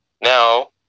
now